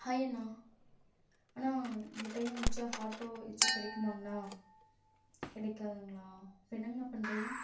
hi அண்ணா அண்ணா இந்த டைம் ரிக்ஷா ஹாட்டோ ஏதாச்சி கிடைக்குமாங்ணா கிடைக்காதுங்களா இப்போ என்னங்கணா பண்ணுறது